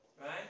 right